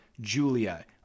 Julia